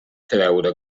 treure